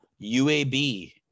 UAB